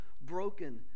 broken